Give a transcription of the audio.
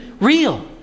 real